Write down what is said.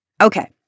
Okay